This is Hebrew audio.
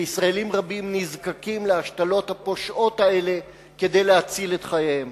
וישראלים רבים נזקקים להשתלות הפושעות האלה כדי להציל את חייהם.